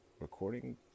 recording